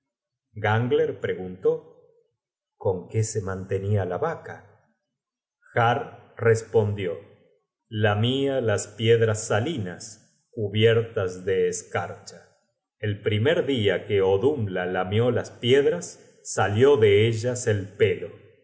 gangler preguntó con qué se mantenia la vaca har respondió lamia las piedras salinas cubiertas de escarcha el primer dia que odhumla lamió las piedras salió de ellas el pelo al